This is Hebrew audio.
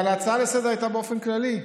אבל ההצעה לסדר-היום הייתה באופן כללי.